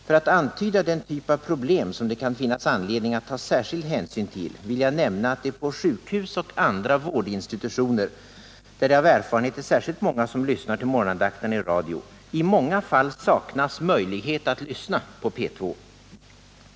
För att antyda den typ av problem som det kan finnas anledning att ta särskild hänsyn till vill jag nämna att det på sjukhus och andra vårdinstititutioner, där det enligt erfarenhet är särskilt många som lyssnar till morgonandakterna i radio, i många fall saknas möjlighet att lyssna på P 2.